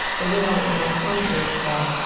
but you know, my point is that,